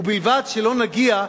ובלבד שלא נגיע,